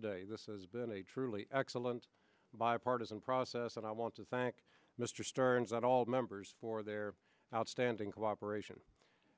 today this has been a truly excellent bipartisan process and i want to thank mr stearns and all the members for their outstanding cooperation